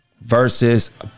versus